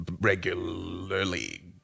regularly